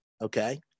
okay